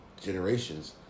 generations